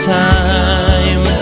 time